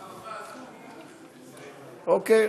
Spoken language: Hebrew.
מרב אמרה, אוקיי.